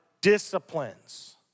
disciplines